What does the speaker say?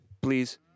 Please